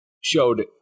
showed